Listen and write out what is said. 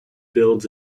builds